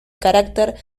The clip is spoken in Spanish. carácter